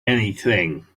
anything